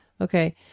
Okay